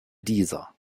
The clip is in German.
dieser